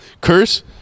Curse